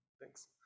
thanks